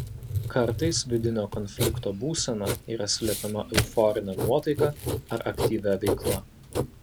kartais vidinio konflikto būsena yra slepiama euforine nuotaika ar aktyvia veikla